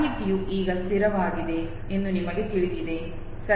ಮಾಹಿತಿಯು ಈಗ ಸ್ಥಿರವಾಗಿದೆ ಎಂದು ನಮಗೆ ತಿಳಿದಿದೆ ಸರಿ